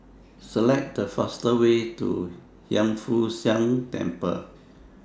Select The fastest Way to Hiang Foo Siang Temple